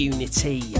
Unity